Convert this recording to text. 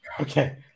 Okay